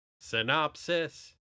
Synopsis